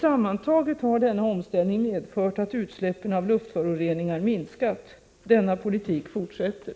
Sammantaget har denna omställning medfört att utsläppen av luftföroreningar minskat. Denna politik fortsätter.